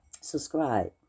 Subscribe